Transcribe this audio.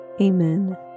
Amen